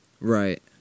Right